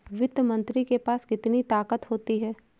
वित्त मंत्री के पास कितनी ताकत होती है?